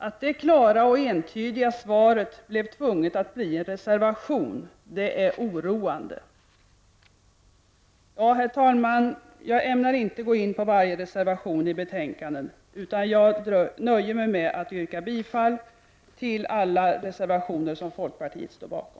Att det klara och entydiga svaret fick lov att skrivas i en reservation är oroande. Herr talman! Jag ämnar inte gå in på varje reservation i betänkandet utan nöjer mig med att yrka bifall till alla reservationer som folkpartiet står bakom.